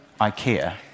IKEA